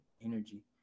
energy